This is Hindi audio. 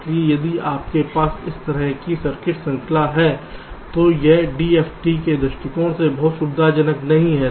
इसलिए यदि आपके पास इस तरह की सर्किट संरचना है तो यह DFT के दृष्टिकोण से बहुत सुविधाजनक नहीं है